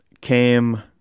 came